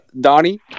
Donnie